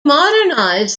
modernize